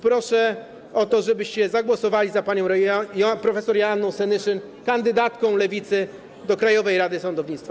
Proszę o to, żebyście zagłosowali za panią prof. Joanną Senyszyn, kandydatką Lewicy do Krajowej Rady Sądownictwa.